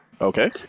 Okay